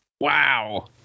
wow